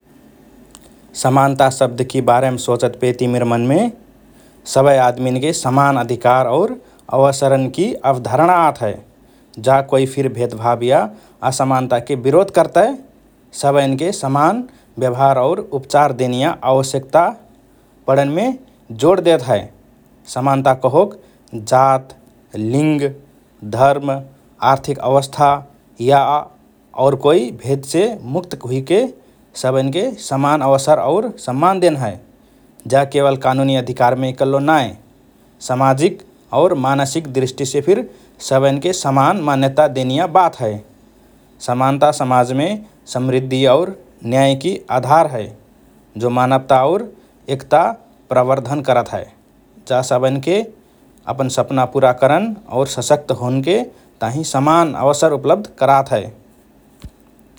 “समानता” शब्दकि बारेम सोचतपेति मिर मनमे सबए आदमिन्के समान अधिकार और अवसरन्कि अवधारणा आत हए । जा कोइ फिर भेदभाव या असमानताके विरोध करतए, सबएन्के समान व्यवहार और उपचार देनिया आवश्यकता पडनमे जोड देत हए । समानता कहोक जात, लिङ्ग, धर्म, आर्थिक अवस्था या और कोइ भेदसे मुक्त हुइके सबएन्के समान अवसर और सम्मान देन हए । जा केवल कानूनी अधिकारमे इकल्लो नाए, समाजिक और मानसिक दृष्टिसे फिर सबएन्के समान मान्यता देनिया बात हए । समानता समाजमे समृद्धि और न्यायकि आधार हए, जो मानवता और एकता प्रवद्र्धन करत हए । जा सबएन्के अपन सपना पुरा करन और सशक्त होनके ताहिँ समान अवसर उपलब्ध करात हए ।